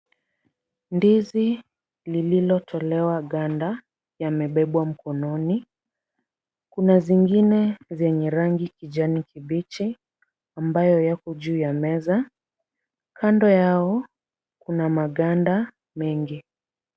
Ndizi lililotolewa ganda yamebebwa mkononi. Kuna zingine zenye rangi kijani kibichi ambayo yapo juu ya meza. Kando yao kuna maganda mengi.